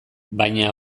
baina